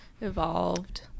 evolved